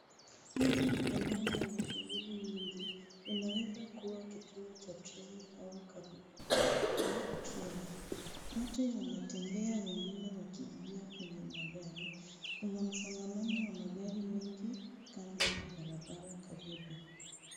Hili ni eneo lenye shughuli nyingi. Linaweza kua kituo cha treni au karibu na treni. Watu wanatembea, wengine wakiingia kwenye magari. Kuna msongamano wa magari mengi kando ya barabara karibu.